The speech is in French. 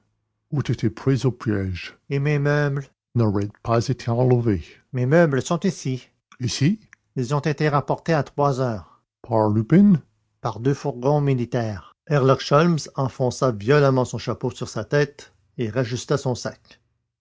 eût été pris au piège et mes meubles n'auraient pas été enlevés mes meubles sont ici ici ils ont été ramenés à trois heures par lupin par deux fourgons militaires herlock sholmès enfonça violemment son chapeau sur sa tête et rajusta son sac